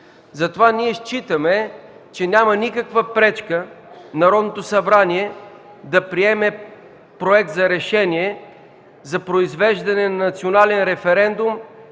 Затова ние считаме, че няма никаква пречка Народното събрание да приеме Проект за решение за произвеждане на национален референдум